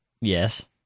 Yes